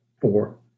four